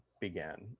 began